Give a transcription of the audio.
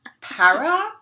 para